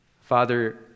father